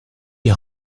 die